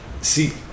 See